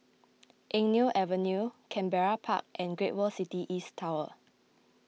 Eng Neo Avenue Canberra Park and Great World City East Tower